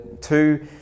two